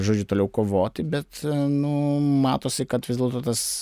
žodžiu toliau kovoti bet nu matosi kad vis dėlto tas